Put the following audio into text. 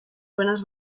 buenas